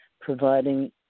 providing